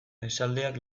esaldiak